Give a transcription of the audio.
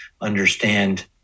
understand